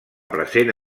present